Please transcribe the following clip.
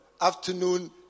afternoon